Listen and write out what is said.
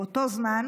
באותו זמן